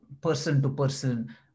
person-to-person